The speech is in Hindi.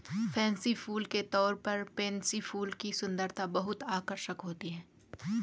फैंसी फूल के तौर पर पेनसी फूल की सुंदरता बहुत आकर्षक होती है